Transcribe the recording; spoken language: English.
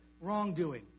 wrongdoing